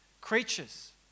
creatures